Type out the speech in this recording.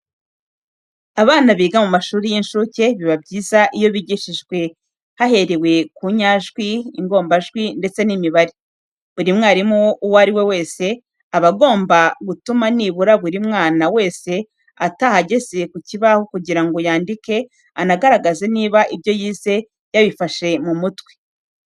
Abana biga mu mashuri y'inshuke, biba byiza iyo bigishijwe haherewe ku nyajwi, ingombajwi ndetse n'imibare. Buri mwarimu uwo ari we wese, aba agomba gutuma nibura buri mwana wese ataha ageze ku kibaho kugira ngo yandike anagaragaze niba ibyo yize yabifashe mu mutwe.